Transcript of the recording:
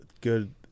good